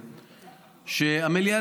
שהמליאה,